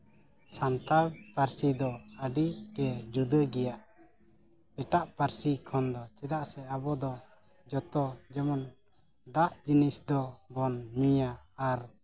ᱥᱟᱱᱛᱟᱲ ᱯᱟᱹᱨᱥᱤ ᱫᱚ ᱟᱹᱰᱤᱛᱮᱫ ᱡᱩᱫᱟᱹ ᱜᱮᱭᱟ ᱮᱴᱟᱜ ᱯᱟᱹᱨᱥᱤ ᱠᱷᱚᱱ ᱫᱚ ᱪᱮᱫᱟᱜ ᱥᱮ ᱟᱵᱚ ᱫᱚ ᱡᱚᱛᱚ ᱡᱮᱢᱚᱱ ᱫᱟᱜ ᱡᱤᱱᱤᱥ ᱫᱚᱵᱚᱱ ᱧᱩᱭᱟ ᱟᱨ